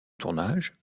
tournage